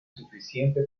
suficiente